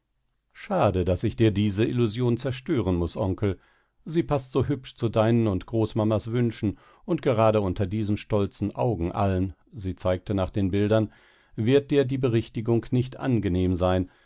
schade daß ich dir diese illusion zerstören muß onkel sie paßt so hübsch zu deinen und großmamas wünschen und gerade unter diesen stolzen augen allen sie zeigte nach den bildern wird dir die berichtigung nicht angenehm sein